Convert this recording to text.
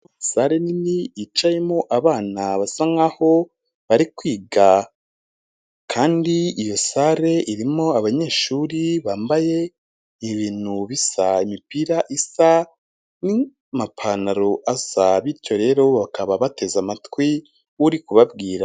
Sare nini yicayemo abana basa nkaho bari kwiga kandi iyo sare irimo abanyeshuri bambaye ibintu bisa imipira isa n'amapantaro asa bityo rero bakaba bateze amatwi uri kubabwira.